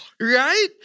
right